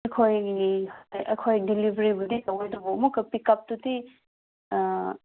ꯑꯩꯈꯣꯏ ꯑꯩꯈꯣꯏ ꯗꯤꯂꯤꯕꯔꯤꯕꯨꯗꯤ ꯇꯧꯒꯗꯕ ꯑꯗꯨꯕꯨ ꯑꯝꯨꯛꯀ ꯄꯤꯛ ꯎꯞꯇꯨꯗꯤ